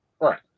Right